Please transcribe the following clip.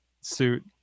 suit